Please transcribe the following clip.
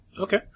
Okay